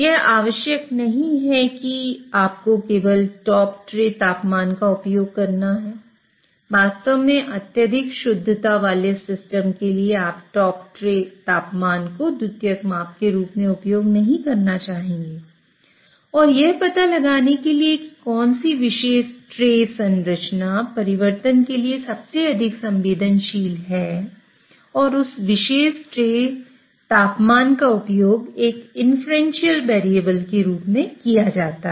यह आवश्यक नहीं है कि आपको केवल टॉप ट्रे तापमान का उपयोग करना है वास्तव में अत्यधिक शुद्धता वाले सिस्टम के लिए आप टॉप ट्रे तापमान को द्वितीयक माप के रूप में उपयोग नहीं करना चाहेंगे और यह पता लगाने के लिए कि कौन सी विशेष ट्रे संरचना परिवर्तन के लिए सबसे अधिक संवेदनशील है और उस विशेष ट्रे तापमान का उपयोग एक इन्फ्रेंशियल वेरिएबल के रूप में किया जाता है